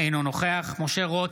אינו נוכח משה רוט,